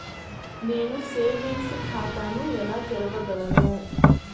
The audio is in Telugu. నేను సేవింగ్స్ ఖాతాను ఎలా తెరవగలను?